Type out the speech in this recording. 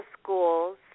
schools